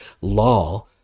law